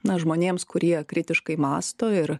na žmonėms kurie kritiškai mąsto ir